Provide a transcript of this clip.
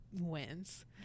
wins